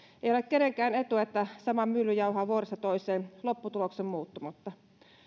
ei ole kenenkään etu että sama mylly jauhaa vuodesta toiseen lopputuloksen muuttumatta